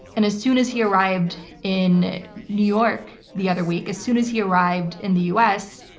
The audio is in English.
and as soon as he arrived in new york the other week, as soon as he arrived in the us,